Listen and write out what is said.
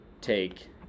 take